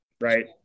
right